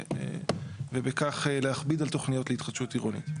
ובכך להכביד על תוכניות להתחדשות עירונית.